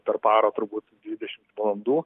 per parą turbūt dvidešimt valandų